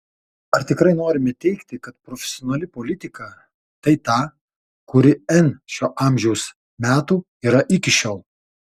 ar tikrai norime teigti kad profesionali politika tai ta kuri n šio amžiaus metų yra iki šiol